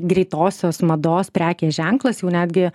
greitosios mados prekės ženklas jau netgi